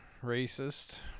racist